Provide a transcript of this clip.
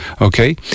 Okay